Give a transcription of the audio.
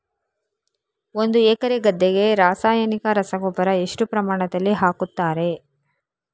ಒಂದು ಎಕರೆ ಗದ್ದೆಗೆ ರಾಸಾಯನಿಕ ರಸಗೊಬ್ಬರ ಎಷ್ಟು ಪ್ರಮಾಣದಲ್ಲಿ ಹಾಕುತ್ತಾರೆ?